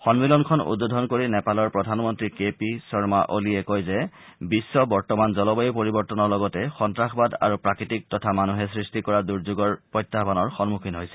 সন্মিলনখন উদ্বোধন কৰি নেপালৰ প্ৰধানমন্ত্ৰী কে পি শৰ্মা অলিয়ে কয় যে বিশ্ব বৰ্তমান জলবায়ু পৰিৱৰ্তনৰ লগতে সন্তাসবাদ আৰু প্ৰাকৃতিক তথা মানুহে সৃষ্টি কৰা দুৰ্যোগৰ প্ৰত্যায়ানৰ সন্মুখীন হৈছে